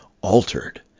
altered